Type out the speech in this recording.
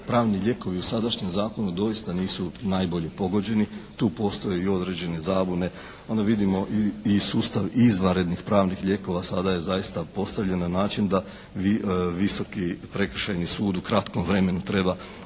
Pravni lijekovi u sadašnjem zakonu doista nisu najbolje pogođeni. Tu postoje i određene zabune. Onda vidimo i sustav izvanrednih pravnih lijekova. Sada je zaista postavljen na način da Visoki prekršajni sud u kratkom vremenu treba